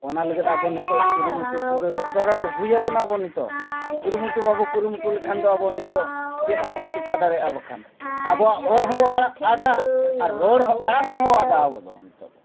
ᱚᱱᱟ ᱞᱟᱹᱜᱤᱫ ᱟᱵᱚ ᱱᱤᱛᱳᱜ ᱠᱩᱨᱩᱢᱩᱴᱩ ᱯᱩᱨᱟᱹ ᱫᱚᱨᱠᱟᱨ ᱦᱩᱭ ᱵᱚᱱᱟ ᱟᱵᱚ ᱱᱤᱛᱳᱜ ᱠᱩᱨᱩᱢᱩᱴᱩ ᱵᱟᱵᱚ ᱠᱩᱨᱩᱢᱩᱴᱩ ᱞᱮᱠᱷᱟᱱ ᱫᱚ ᱟᱵᱚ ᱱᱤᱛᱳᱜ ᱪᱮᱫ ᱦᱚᱸ ᱵᱟᱵᱚ ᱪᱤᱠᱟᱹ ᱫᱟᱲᱮᱭᱟᱜᱼᱟ ᱵᱟᱠᱷᱟᱱ ᱟᱵᱚᱣᱟᱜ ᱚᱞ ᱦᱚᱸᱵᱚ ᱟᱲᱟ ᱟᱫᱟ ᱟᱨ ᱨᱚᱲ ᱦᱚᱸ ᱟᱲᱟᱝ ᱦᱚᱸᱵᱚ ᱟᱫᱟ ᱟᱵᱚ ᱫᱚ ᱱᱤᱛᱳᱜ ᱫᱚ